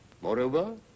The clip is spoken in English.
Moreover